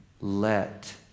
let